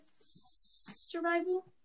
survival